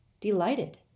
delighted